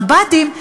מב"דים,